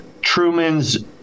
Truman's